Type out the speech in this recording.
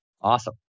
Awesome